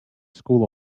school